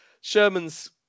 Sherman's